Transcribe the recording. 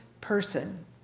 person